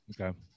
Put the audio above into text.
Okay